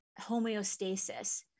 homeostasis